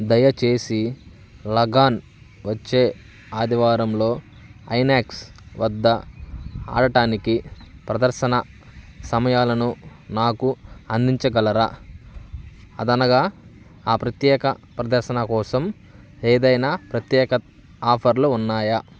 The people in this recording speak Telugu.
దయచేసి లగాన్ వచ్చే ఆదివారంలో ఐనాక్స్ వద్ద ఆడటానికి ప్రదర్శన సమయాలను నాకు అందించగలరా అదనంగా ఆ ప్రత్యేక ప్రదర్శన కోసం ఏదైనా ప్రత్యేక ఆఫర్లు ఉన్నాయా